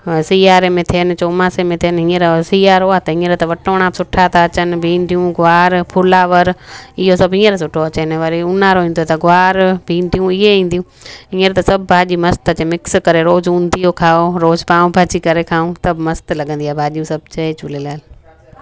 अ सियारे में थियनि चौमासे में थियनि हींअर सियारो आहे त हींअर त वटोंड़ा सुठा था अचनि भिंडियूं ग्वार फ्लोवर इहो सभु हींअर सुठो अचनि वरी उन्हारों ईंदो त ग्वार भिंडियूं इहे ईंदियूं हींअर त सभु भाॼी मस्तु अचे मिक्स करे रोज़ु ऊंधियूं खाओ रोज़ु पाव भाजी करे खाऊं त बि मस्तु लॻंदी आहे भाॼियूं सभु जय झूलेलाल